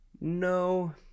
No